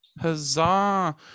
Huzzah